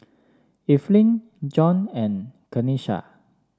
Evelyn John and Kenisha